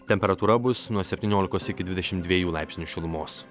temperatūra bus nuo septyniolikos iki dvidešim dviejų laipsnių šilumos